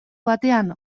batean